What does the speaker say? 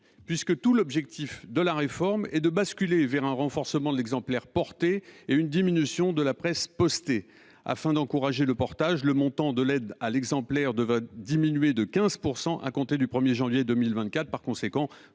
puisque tout l’objectif de la réforme est de basculer vers un renforcement de l’exemplaire porté et une diminution de la presse postée. Afin d’encourager le portage, le montant de l’aide à l’exemplaire devra diminuer de 15 % à compter du 1 janvier 2024. Par conséquent,